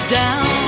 down